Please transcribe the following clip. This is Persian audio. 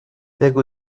بگو